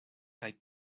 kaj